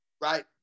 Right